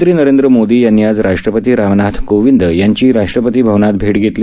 प्रधानमंत्री नरेंद्र मोदी यांनी आज राष्ट्रपती रामनाथ कोविंद यांची राष्ट्रपतीभवनात भेट घेतली